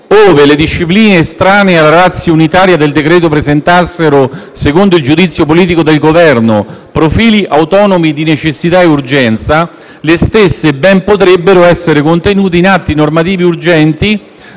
«ove le discipline estranee alla *ratio* unitaria del decreto presentassero, secondo il giudizio politico del Governo, profili autonomi di necessità e urgenza, le stesse ben potrebbero essere contenute in atti normativi urgenti